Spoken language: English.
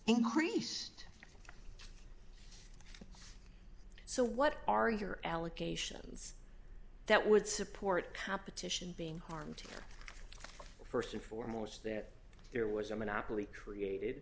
increased so what are your allocations that would support competition being harmed st and foremost that there was a monopoly created